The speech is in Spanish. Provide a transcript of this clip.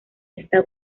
está